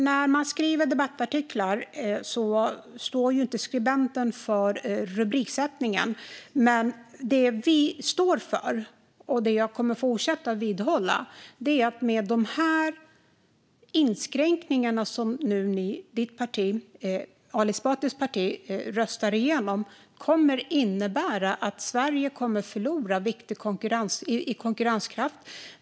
När det gäller debattartiklar står inte skribenten för rubriksättningen, men det vi står för och det jag kommer att fortsätta att vidhålla är att de inskränkningar som Ali Esbatis parti röstar igenom kommer att innebära att Sverige förlorar i konkurrenskraft.